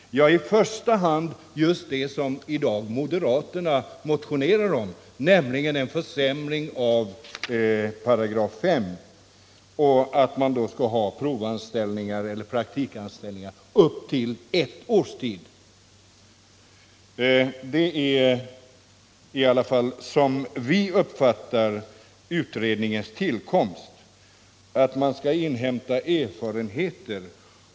Jo, i första hand just det som moderaterna motionerar om, nämligen en försämring av 5 §, innebärande provanställningar eller praktikanställningar upp till ett års tid. Som vi har uppfattat det skall utredningen inhämta erfarenheter.